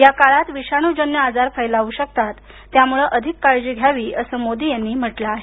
या काळात विषाणूजन्य आजार फैलावू शकतात त्यामुळे अधिक काळजी घ्यावी अस मोदी यांनी म्हटलं आहे